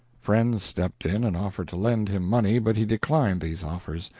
friends stepped in and offered to lend him money, but he declined these offers.